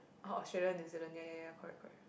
or Australia New Zealand ya ya ya correct correct